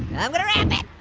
i'm gonna ramp it!